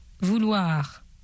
vouloir